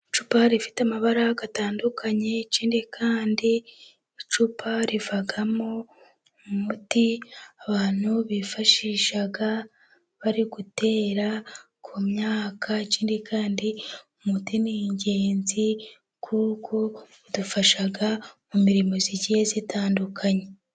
Icupa rifite amabara atandukanye, ikindi kandi icupa rivamo umuti abantu bifashisha bari gutera ku myaka. Ikindi kandi umuti ni igenzi kuko idufasha mu mirimo igiye itandukanye.